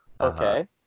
Okay